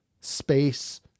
space